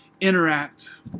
interact